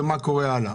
ומה קורה הלאה?